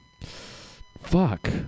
Fuck